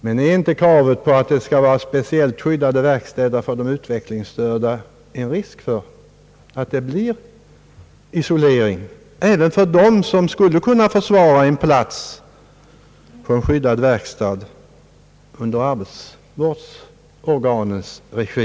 Men medför inte kravet på att det skall vara speciellt skyddade verkstäder för de utvecklingsstörda en risk för att det blir isolering även för dem som skulle kunna försvara en plats på en skyddad verkstad i arbetsvårdsorganens regi?